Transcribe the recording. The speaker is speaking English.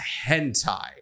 hentai